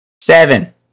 Seven